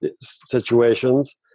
situations